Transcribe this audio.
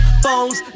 phones